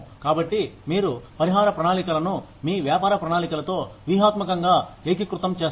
కాబట్టి మీరు పరిహార ప్రణాళికలను మీ వ్యాపార ప్రణాళికలతో వ్యూహాత్మకంగా ఏకీకృతం చేస్తారు